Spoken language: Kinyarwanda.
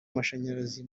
amashanyarazi